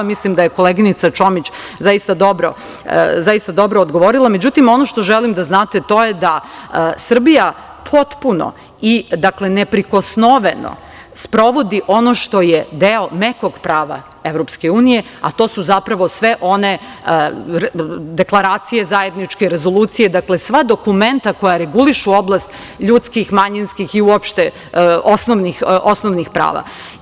Mislim da je koleginica Čomić zaista dobro odgovorila, međutim, ono što želim da znate to je da Srbija potpuno i neprikosnoveno sprovodi ono što je deo mekog prava EU, a to su zapravo sve one zajedničke deklaracije, rezolucije, sva dokumenta koja regulišu oblast ljudskih, manjinskih i uopšte osnovnih prava.